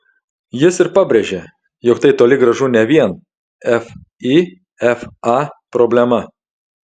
jis ir pabrėžė jog tai toli gražu ne vien fifa problema